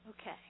Okay